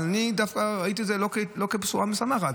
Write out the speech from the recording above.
אבל דווקא ראיתי את זה לא כבשורה משמחת.